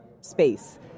space